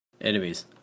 enemies